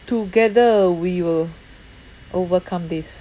together we will overcome this